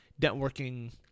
networking